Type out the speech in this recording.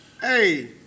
Hey